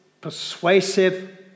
persuasive